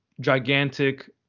gigantic